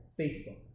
Facebook